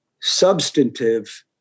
substantive